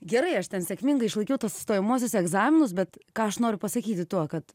gerai aš ten sėkmingai išlaikiau stojamuosius egzaminus bet ką aš noriu pasakyti tuo kad